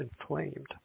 inflamed